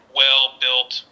well-built